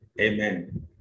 Amen